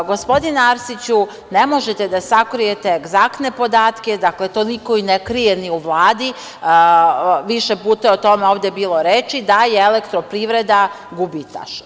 Gospodine Arsiću, ne možete da sakrijete egzaktne podatke, dakle, to niko i ne krije ni u Vladi, više puta je o tome ovde bilo reči, da je Elektroprivreda gubitaš.